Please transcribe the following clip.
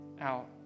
out